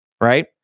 right